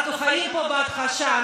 אנחנו חיים פה בהכחשה.